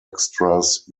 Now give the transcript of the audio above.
extras